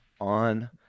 on